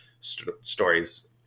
stories